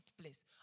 place